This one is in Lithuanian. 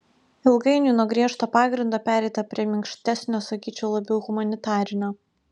ilgainiui nuo griežto pagrindo pereita prie minkštesnio sakyčiau labiau humanitarinio